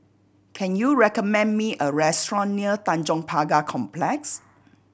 can you recommend me a restaurant near Tanjong Pagar Complex